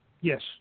Yes